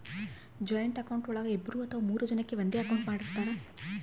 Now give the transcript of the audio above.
joint account ಒಳಗ ಇಬ್ರು ಅಥವಾ ಮೂರು ಜನಕೆ ಒಂದೇ ಅಕೌಂಟ್ ಮಾಡಿರ್ತರಾ